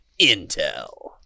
Intel